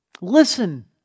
Listen